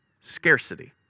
scarcity